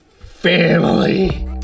Family